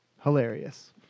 hilarious